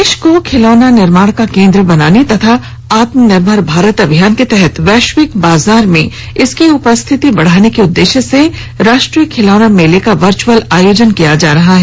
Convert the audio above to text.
देश को खिलौना निर्माण का केन्द्र बनाने तथा आत्मनिर्भर भारत अभियान के तहत वैश्विक बाजार में इसकी उपस्थिति को बढ़ाने के उद्देश्य से राष्ट्रीय खिलौना मेले का वर्चुअल आयोजन किया जा रहा है